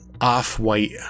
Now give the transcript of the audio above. off-white